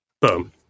Boom